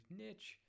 niche